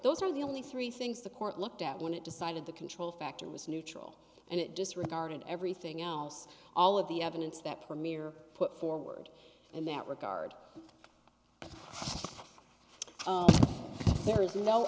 those are the only three things the court looked at when it decided the control factor was neutral and it disregarded everything else all of the evidence that premier put forward and that regard there is no